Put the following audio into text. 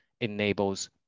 enables